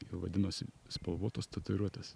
jau vadinosi spalvotos tatuiruotės